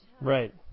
Right